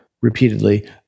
repeatedly